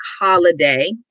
holiday